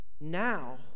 now